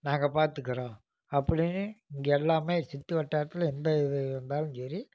நாங்கள் பார்த்துக்கறோம் அப்படின்னு இங்கே எல்லாமே சுற்று வட்டாரத்தில் எந்த இது வந்தாலும் சரி